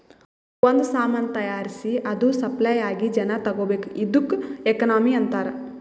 ಒಂದ್ ಸಾಮಾನ್ ತೈಯಾರ್ಸಿ ಅದು ಸಪ್ಲೈ ಆಗಿ ಜನಾ ತಗೋಬೇಕ್ ಇದ್ದುಕ್ ಎಕನಾಮಿ ಅಂತಾರ್